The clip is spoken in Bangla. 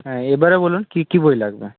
হ্যাঁ এবারে বলুন কী কী বই লাগবে